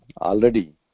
already